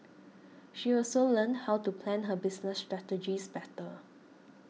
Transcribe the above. she also learned how to plan her business strategies better